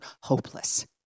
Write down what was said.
hopeless